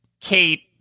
Kate